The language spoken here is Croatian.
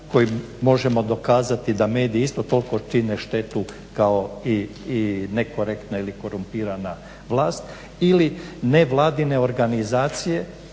koji možemo dokazati da mediji isto toliko čine štetu kao i nekorektne ili korumpirana vlast ili nevladine organizacije.